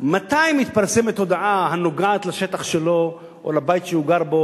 הצעת החוק שלי נועדה לפתור בעיה מאוד כואבת לאזרחים רבים